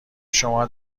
شما